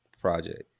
project